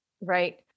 Right